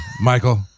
Michael